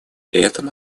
этом